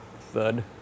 Thud